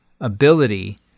ability